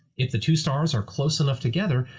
if the two stars are close enough together,